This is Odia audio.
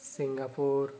ସିଙ୍ଗାପୁର